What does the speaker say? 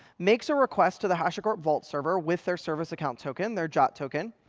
makes a request to the hashicorp vault server with their service account token, their jwt token.